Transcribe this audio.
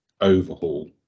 overhaul